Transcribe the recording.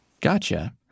Gotcha